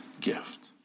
gift